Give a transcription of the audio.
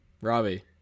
Robbie